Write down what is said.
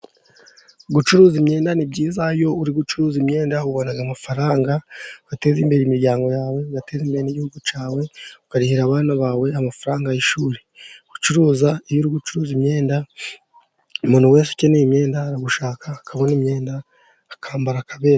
Gucuruza imyenda ni byiza, iyo uri gucuruza imyenda ubona amafaranga, wateza imbere imiryango yawe ugateza imbere igihugu cyawe, ukarihirira abana bawe amafaranga y'ishuri. Gucuruza imyenda umuntu wese ukeneye imyenda aragushaka akabona imyenda akambara akaberwa.